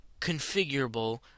configurable